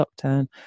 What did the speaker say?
lockdown